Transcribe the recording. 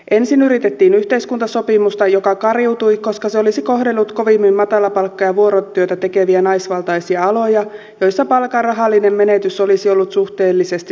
ensin yritettiin yhteiskuntasopimusta joka kariutui koska se olisi kohdellut kovimmin matalapalkka ja vuorotyötä tekeviä naisvaltaisia aloja joissa palkan rahallinen menetys olisi ollut suhteellisesti suurin